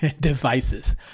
devices